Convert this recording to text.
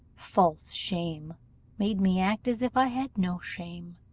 false shame made me act as if i had no shame.